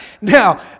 Now